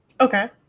Okay